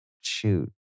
Shoot